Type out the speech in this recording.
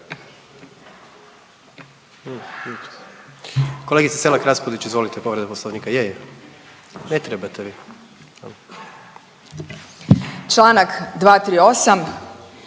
kolegice Marić izvolite, povreda poslovnika.